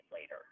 later